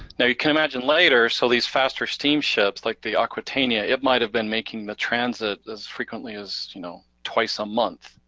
now you can imagine later, so these faster steam ships, like the aquatania, it might have been making the transit at frequently as you know twice a month,